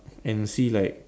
and see like